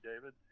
David